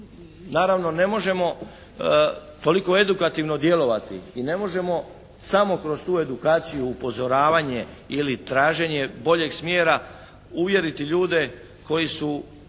naravno ne možemo toliko edukativno djelovati i ne možemo samo kroz tu edukaciju upozoravanje ili traženje boljeg smjera uvjeriti ljude koji su